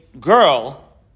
girl